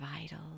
vital